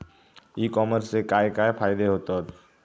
E कॉमर्सचे काय काय फायदे होतत?